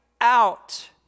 out